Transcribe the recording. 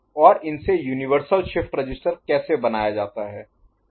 और इनसे universal shift register कैसे बनाया जाता है